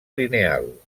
lineal